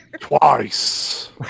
Twice